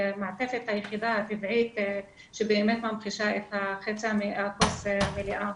המעטפת היחידה הטבעית שבאמת ממחישה את חצי הכוס המלאה,